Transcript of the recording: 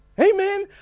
Amen